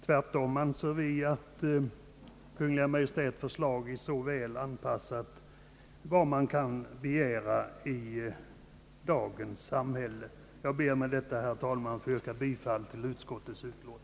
Tvärtom anser vi att Kungl. Maj:ts förslag är väl anpassat till vad man kan begära i dagens samhälle. Jag ber med detta, herr talman, att få yrka bifall till utskottets förslag.